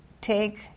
take